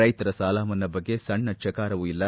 ರೈತರ ಸಾಲಮನ್ನಾ ಬಗ್ಗೆ ಸಣ್ಣ ಚಕಾರವೂ ಇಲ್ಲ